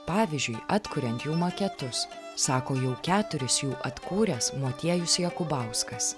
pavyzdžiui atkuriant jų maketus sako jau keturis jų atkūręs motiejus jakubauskas